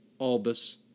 Albus